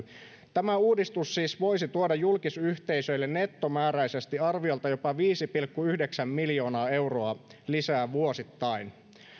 tämä uudistus siis voisi tuoda julkisyhteisöille nettomääräisesti arviolta jopa viisi pilkku yhdeksän miljoonaa euroa lisää vuosittain